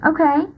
Okay